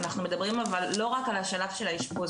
אנחנו מדברים לא רק על השלב של האישפוז,